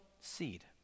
seed